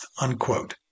unquote